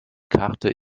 karte